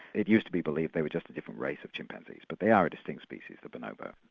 it used to be believed they were just a different race of chimpanzees, but they are a distinct species, the bonobo.